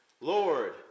Lord